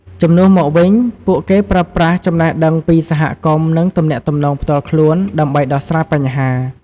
ជំនួសមកវិញ ពួកគេប្រើប្រាស់ ចំណេះដឹងពីសហគមន៍ និងទំនាក់ទំនងផ្ទាល់ខ្លួន ដើម្បីដោះស្រាយបញ្ហា។